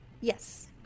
Yes